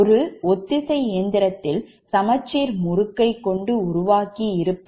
ஒரு ஒத்திசை இயந்திரத்தில் சமச்சீர் முறுக்குயைக் கொண்டு உருவாக்கி இருப்பர்